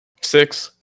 six